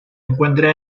encuentra